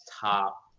top